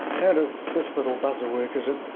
how does this little buzzer work, is it?